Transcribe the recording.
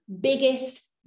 biggest